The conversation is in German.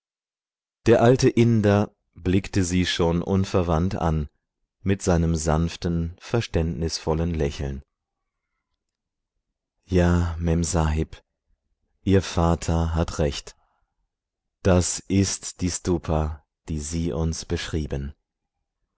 der alte inder blickte sie schon unverwandt an mit seinem sanften verständnisvollen lächeln ja memsahib ihr vater hat recht das ist die stupa die sie uns beschrieben